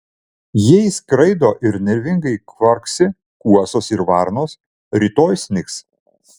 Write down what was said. jei skraido ir nervingai kvarksi kuosos ir varnos rytoj snigs